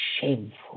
shameful